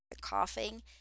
coughing